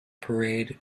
parade